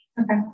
Okay